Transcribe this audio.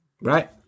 Right